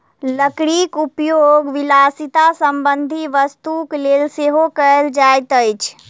लकड़ीक उपयोग विलासिता संबंधी वस्तुक लेल सेहो कयल जाइत अछि